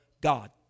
God